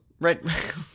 right